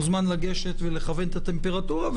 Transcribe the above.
מוזמן לגשת ולכוון את הטמפרטורה.